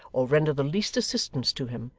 or render the least assistance to him,